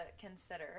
consider